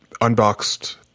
unboxed